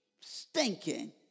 stinking